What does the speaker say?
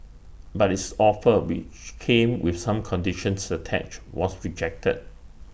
but its offer which came with some conditions attached was rejected